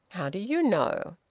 how do you know?